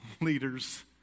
leaders